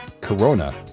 Corona